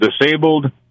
disabled